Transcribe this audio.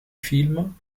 films